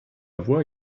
voix